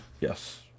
Yes